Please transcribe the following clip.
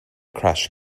crash